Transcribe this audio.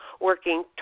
working